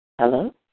Hello